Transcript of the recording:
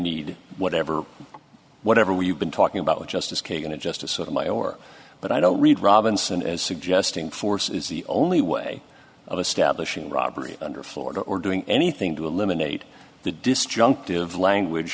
need whatever whatever we've been talking about with justice kagan is just a sort of my or but i don't read robinson as suggesting force is the only way of establishing robbery under florida or doing anything to eliminate the disjunctive language